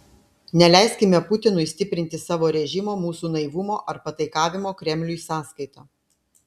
neleiskime putinui stiprinti savo režimo mūsų naivumo ar pataikavimo kremliui sąskaita